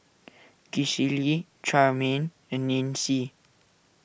Gisele Charmaine and Nancy